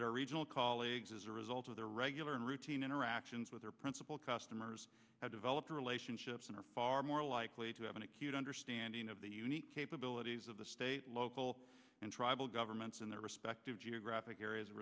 that our regional colleagues as a result of their reg they're in routine interactions with their principal customers have developed relationships and are far more likely to have an acute understanding of the unique capabilities of the state local and tribal governments in their respective geographic areas